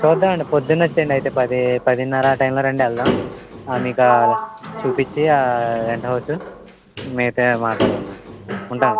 చూద్దామండి పొద్దున్న వచ్చేయండి అయితే పది పదిన్నర ఆ టైములో రండి వెళ్దాం మీకు చూపించి రెంట్ హౌస్ మిగతావి మాట్లాడుకుందాం ఉంటానండి